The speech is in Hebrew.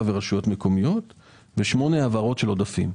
ורשויות מקומיות ושמונה העברות של עודפים.